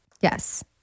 Yes